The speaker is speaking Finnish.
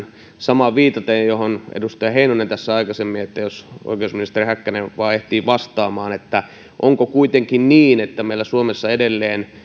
samaan viitannut mihin edustaja heinonen tässä aikaisemmin jos oikeusministeri häkkänen vain ehtii vastaamaan onko kuitenkin niin että meillä suomessa edelleen